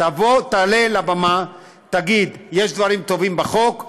תעלה לבמה ותגיד: יש דברים טובים בחוק,